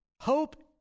hope